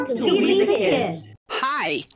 Hi